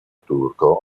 turco